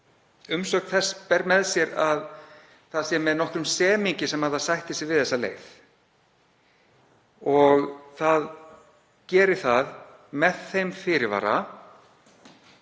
ber t.d. með sér að það sé með nokkrum semingi sem það sætti sig við þessa leið. Það gerir það með þeim fyrirvara